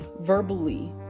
verbally